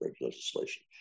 legislation